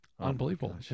unbelievable